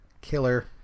killer